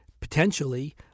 potentially